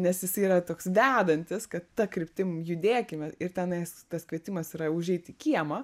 nes jis yra toks dedantis kad ta kryptim judėkime ir tenais tas kvietimas yra užeit į kiemą